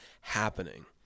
happening